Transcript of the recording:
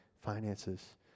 Finances